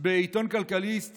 בעיתון כלכליסט